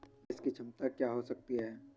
निवेश की क्षमता क्या हो सकती है?